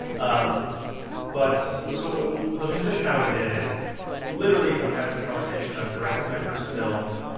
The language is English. um but so the position i was in is literally as i'm having this conversation, i'm directing my first film.